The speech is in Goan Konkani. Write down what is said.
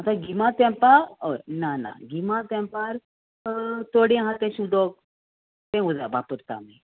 आतां गिमा तेंपार हय ना ना गिमा तेंपार चोडे आहा तें सुदोक तें उजावपा पुरता आमी